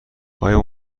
آیا